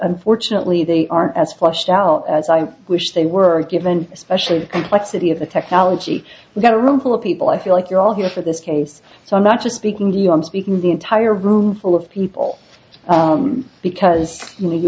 unfortunately they aren't as flushed out as i wish they were given especially in light city of the technology we got a room full of people i feel like you're all here for this case so i'm not just speaking to you i'm speaking the entire room full of people because you